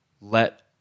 let